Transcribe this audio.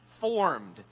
formed